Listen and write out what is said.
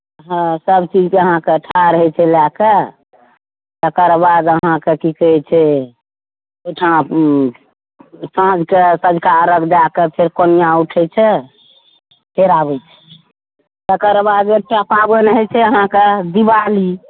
हँ सभ चीजके अहाँके ठाढ़ होइत छै लए के तकर बाद अहाँके की कहैत छै ओहिठाम साँझके सँझुका अर्घ्य दएके फेर कोनिया उठैत छै फेर आबैत छै तकर बाद एकटा पाबनि होइत छै अहाँके दिवाली